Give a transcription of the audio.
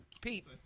Pete